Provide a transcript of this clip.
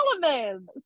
Solomon